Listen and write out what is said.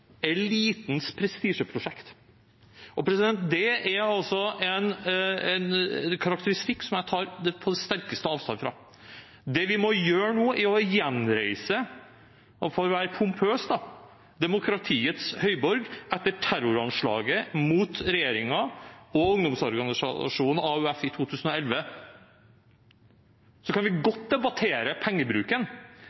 Det er en karakteristikk som jeg på det sterkeste tar avstand fra. Det vi må gjøre nå, er å gjenreise – for å være pompøs – demokratiets høyborg etter terroranslaget mot regjeringen og ungdomsorganisasjonen AUF i 2011. Så kan vi